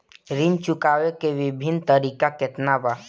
ऋण चुकावे के विभिन्न तरीका केतना बा?